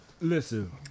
Listen